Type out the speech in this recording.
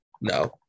No